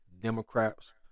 Democrats